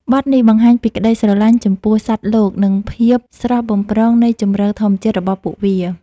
បទនេះបង្ហាញពីក្ដីស្រឡាញ់ចំពោះសត្វលោក និងភាពស្រស់បំព្រងនៃជម្រកធម្មជាតិរបស់ពួកវា។